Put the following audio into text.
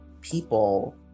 people